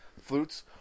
Flutes